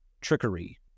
trickery